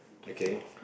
okay